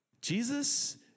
Jesus